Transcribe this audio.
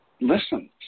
listen